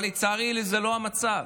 אבל לצערי זה לא המצב.